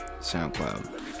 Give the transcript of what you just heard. SoundCloud